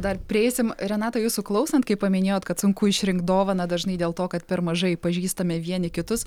dar prieisim renata jūsų klausant kai paminėjot kad sunku išrinkt dovaną dažnai dėl to kad per mažai pažįstame vieni kitus